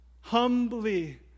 humbly